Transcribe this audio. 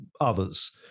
others